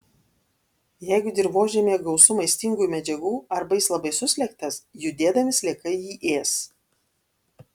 jeigu dirvožemyje gausu maistingųjų medžiagų arba jis labai suslėgtas judėdami sliekai jį ės